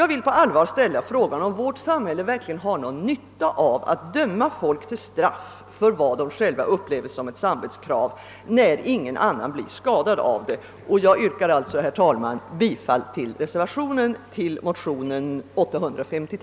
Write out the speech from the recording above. Jag vill därför på allvar ställa frågan, om vårt samhälle verkligen har någon nytta av att döma människor till straff för vad de själva upplever som ett samvetskrav, när ingen annan skadas av det. Herr talman! Jag yrkar alltså bifall till reservationen 1.